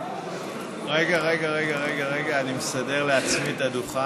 רגע, רגע, אני מסדר לעצמי את הדוכן.